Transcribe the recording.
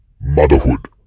motherhood